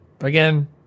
again